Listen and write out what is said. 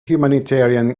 humanitarian